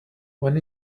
when